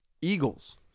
Eagles